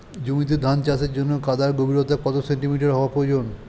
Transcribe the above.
জমিতে ধান চাষের জন্য কাদার গভীরতা কত সেন্টিমিটার হওয়া প্রয়োজন?